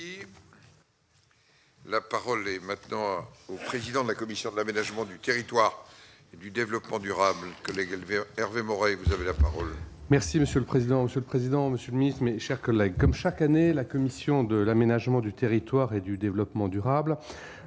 La parole est maintenant au président de la commission de l'aménagement du territoire et du développement durable que Hervé Maurey et vous avez la parole. Merci monsieur le président, monsieur le président, Monsieur le Ministre, mes chers collègues, comme chaque année, la commission de l'aménagement du territoire et du développement durable